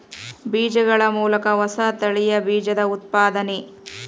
ಬೇಜಗಳ ಮೂಲಕ ಹೊಸ ತಳಿಯ ಬೇಜದ ಉತ್ಪಾದನೆ